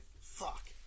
Fuck